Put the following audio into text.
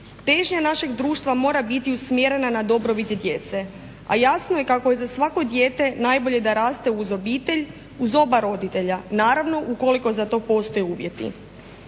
Težnja našeg društva mora biti usmjerena na dobrobit djece, a jasno je kako je za svako dijete najbolje da raste uz obitelj uz oba roditelja naravno ukoliko za to postoje uvjeti.